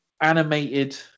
animated